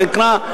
זה נקרא,